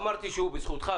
לא אמרתי שהוא בזכותך.